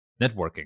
networking